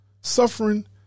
suffering